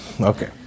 Okay